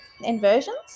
inversions